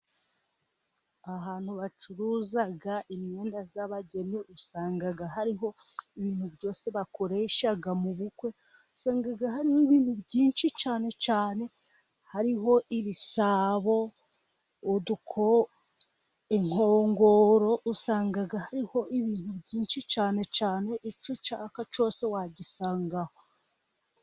Ahantu bacuruza imyenda y'abageni usanga hariho ibintu byose bakoresha mu bukwe. Usanga hari n'ibindi byinshi cyane cyane hariho: ibisabo, udukoko, inkongoro, usangaga hariho ibintu byinshi cyane cyane ibyushaka cyose wagisanga aho.